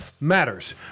matters